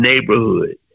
neighborhood